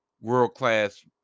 world-class